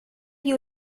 you